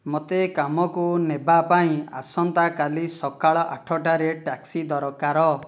ମୋତେ କାମକୁ ନେବା ପାଇଁ ଆସନ୍ତାକାଲି ସକାଳ ଆଠଟାରେ ଟ୍ୟାକ୍ସି ଦରକାର